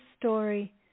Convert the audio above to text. story